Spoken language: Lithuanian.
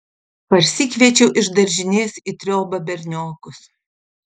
parsikviesčiau iš daržinės į triobą berniokus